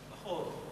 פחות.